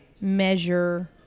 measure